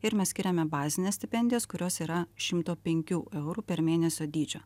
ir mes skiriame bazines stipendijas kurios yra šimto penkių eurų per mėnesio dydžio